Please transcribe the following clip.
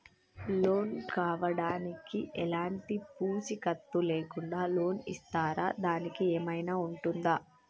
Loan కావడానికి ఎలాంటి పూచీకత్తు లేకుండా లోన్ ఇస్తారా దానికి ఏమైనా ఉంటుందా?